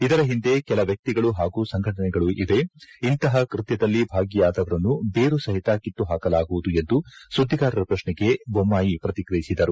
ಇದರ ಹಿಂದೆ ಕೆಲ ವ್ಯಕ್ತಿಗಳು ಹಾಗೂ ಸಂಘಟನೆಗಳೂ ಇವೆ ಇಂತಹ ಕೃತ್ಯದಲ್ಲಿ ಭಾಗಿಯಾದವರನ್ನು ಬೇರು ಸಹಿತ ಕಿತ್ತು ಹಾಕಲಾಗುವುದು ಎಂದು ಸುದ್ದಿಗಾರರ ಪ್ರಶ್ನೆಗೆ ಬೊಮ್ಮಾಯಿ ಪ್ರತಿಕ್ರಿಯಿಸಿದರು